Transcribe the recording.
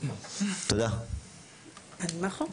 אמרתי את זה,